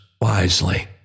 wisely